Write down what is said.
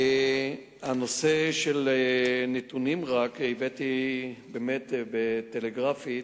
הנושא של נתונים, הבאתי, באמת טלגרפית: